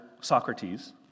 Socrates